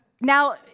Now